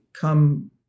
come